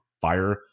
fire